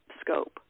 scope